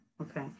okay